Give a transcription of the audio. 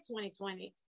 2020